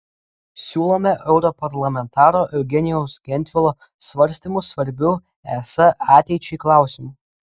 siūlome europarlamentaro eugenijaus gentvilo svarstymus svarbiu es ateičiai klausimu